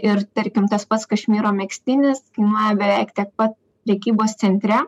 ir tarkim tas pats kašmyro megztinis kainuoja beveik tiek pat prekybos centre